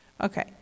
Okay